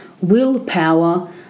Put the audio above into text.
willpower